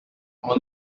are